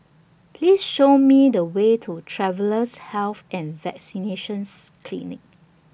Please Show Me The Way to Travellers' Health and Vaccinations Clinic